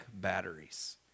batteries